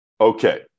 Okay